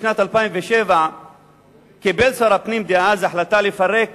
בשנת 2007 קיבל שר הפנים דאז החלטה לפרק